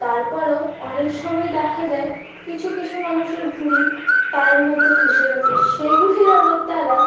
তারপরেও অনেক সময় দেখা যায় কিছু কিছু মানুষের ঘুড়ি তারের মধ্যে ফেঁসে গেছে সেগুলি আবার তারা